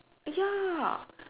ya